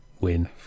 win